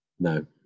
No